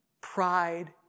Pride